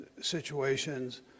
situations